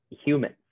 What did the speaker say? human